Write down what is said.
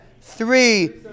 three